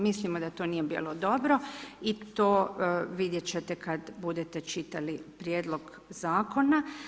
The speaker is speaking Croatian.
Mislimo da to nije bilo dobro i to vidjet ćete kad budete čitali Prijedlog Zakona.